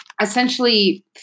essentially